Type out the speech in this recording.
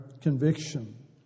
conviction